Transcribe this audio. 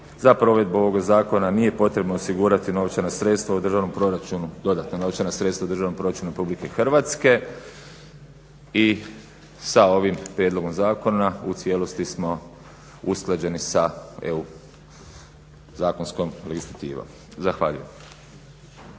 Za provedbu ovog zakona nije potrebno osigurati novčana sredstva u državnom proračunu, dodatna novčana sredstva u državnom proračunu Republike Hrvatske. I sa ovim prijedlogom zakona u cijelosti smo usklađeni sa EU zakonskom legislativom. Zahvaljujem.